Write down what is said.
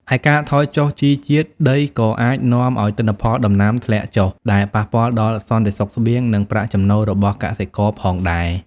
ឯការថយចុះជីជាតិដីក៏អាចនាំឱ្យទិន្នផលដំណាំធ្លាក់ចុះ ដែលប៉ះពាល់ដល់សន្តិសុខស្បៀង និងប្រាក់ចំណូលរបស់កសិករផងដែរ។